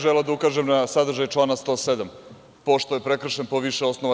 Želeo sam da ukažem na sadržaj člana 107. pošto je prekršen po više osnova.